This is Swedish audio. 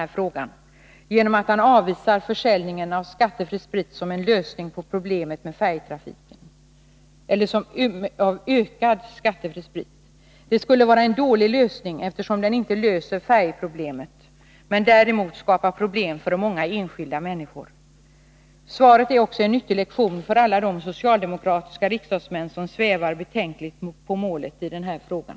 Han avvisar tanken på ökad försäljning av skattefri sprit som en lösning på problemet med färjetrafiken. Det skulle vara en dålig lösning, eftersom den inte löser färjeproblemet, men däremot skapar problem för många enskilda människor. Svaret är också en nyttig lektion för alla de socialdemokratiska riksdagsmän som svävar betänkligt på målet i den här frågan.